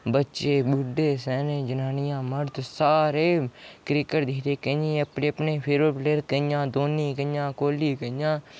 बच्चे बुड्ढे स्याने जनानिया मर्द सारे क्रिकेट दिखदे केइयें अपने फेवरट प्लेयर केइयें दा धोनी केइयें दा कोहली केइयें दा